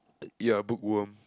you are book worm